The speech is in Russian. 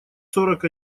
сорок